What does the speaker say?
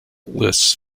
lists